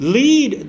lead